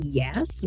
yes